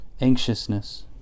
Anxiousness